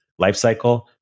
lifecycle